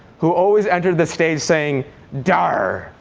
who always entered the stage saying daar,